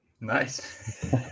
Nice